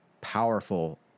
powerful